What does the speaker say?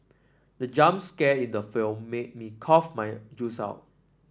the jump scare in the film made me cough my